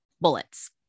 bullets